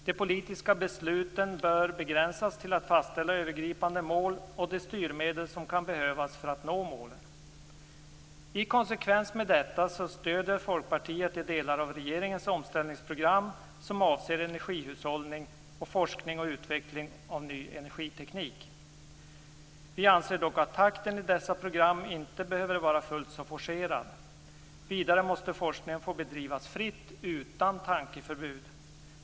De politiska besluten bör begränsas till att fastställa övergripande mål och de styrmedel som kan behövas för att nå målen. I konsekvens med detta stödjer Folkpartiet de delar av regeringens omställningsprogram som avser energihushållning samt forskning om och utveckling av ny energiteknik. Vi anser dock att takten i dessa program inte behöver vara fullt så forcerad. Vidare måste forskningen få bedrivas fritt utan tankeförbud.